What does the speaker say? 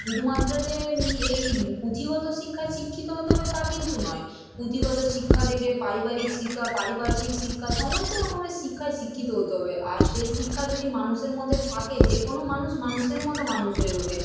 শুধুমাত্র যে এই পুঁথিগত শিক্ষায় শিক্ষিত হতে হবে তা কিন্তু নয় পুঁথিগত শিক্ষা থেকে পারিবারিক শিক্ষা পারিপার্শ্বিক শিক্ষা সমস্ত রকমের শিক্ষায় শিক্ষিত হতে হবে আর সেই শিক্ষা যদি মানুষের মধ্যে থাকে যে কোনো মানুষ মানুষের মতো মানুষ হয়ে ওঠে